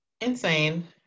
Insane